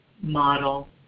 model